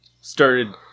started